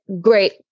great